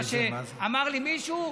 כמו שאמר לי מישהו,